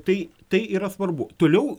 tai tai yra svarbu toliau